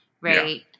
right